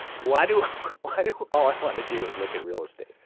why do why do all i want to do is look at real estate?